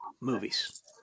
movies